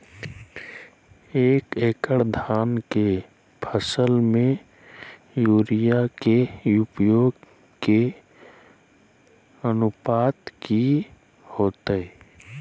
एक एकड़ धान के फसल में यूरिया के उपयोग के अनुपात की होतय?